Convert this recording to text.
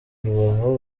rubavu